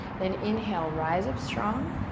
then inhale, rise up strong.